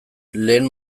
lehen